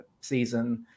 season